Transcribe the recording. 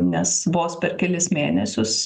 nes vos per kelis mėnesius